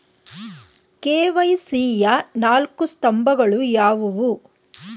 KYC ಯ ನಾಲ್ಕು ಸ್ತಂಭಗಳು ಯಾವುವು?